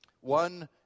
One